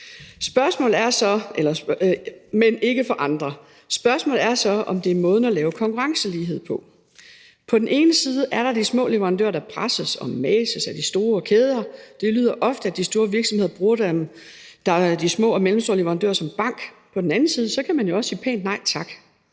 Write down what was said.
Spørgsmålet er så, om det er måden at lave konkurrencelighed på. På den ene side er der de små leverandører, der presses og mases af de store kæder. Det høres ofte, at de store virksomheder bruger de små og mellemstore leverandører som banker. På den anden side kan man jo også sige pænt nej tak.